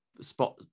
Spot